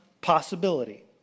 possibility